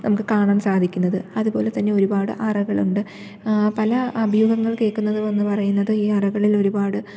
നമുക്ക് കാണാൻ സാധിക്കുന്നത് അത് പോലെ തന്നെ ഒരുപാട് അറകളുണ്ട് പല അഭ്യൂഹങ്ങൾ കേൾക്കുന്നതിൽ ഒന്ന് പറയുന്നത് ഈയറകളിൽ ഒരുപാട്